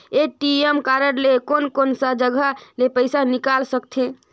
ATM card ले कोन कोन सा जगह ले पइसा निकाल सकथे?